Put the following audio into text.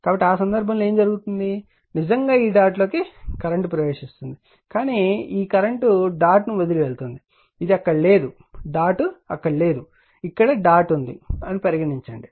కాబట్టి ఆ సందర్భంలో ఏమి జరుగుతుంది నిజంగా ఈ డాట్లోకి కరెంట్ ప్రవేశిస్తుంది కానీ ఈ I డాట్ను వదిలి వెళ్తుంది ఇది అక్కడ లేదు డాట్ అక్కడ లేదు ఇక్కడ డాట్ ఉంది అని పరిగణించండి